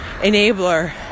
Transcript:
enabler